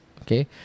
Okay